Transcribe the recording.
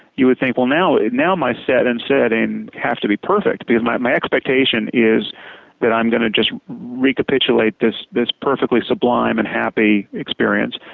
you would think now now my set and setting have to be perfect. because my my expectation is that i'm going to just recapitulate this this perfectly sublime and happy experience.